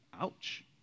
Ouch